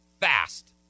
fast